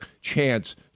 chance